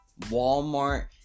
Walmart